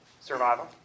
survival